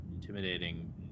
intimidating